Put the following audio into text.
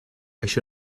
això